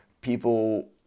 people